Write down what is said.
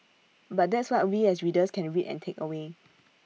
but that's what we as readers can read and take away